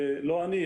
לא אני,